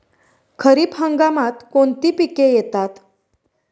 खरीप हंगामात कोणती पिके येतात?